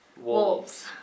Wolves